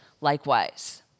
likewise